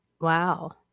Wow